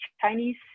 Chinese